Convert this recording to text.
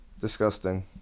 Disgusting